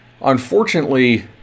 Unfortunately